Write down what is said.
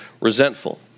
resentful